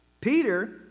Peter